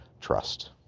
trust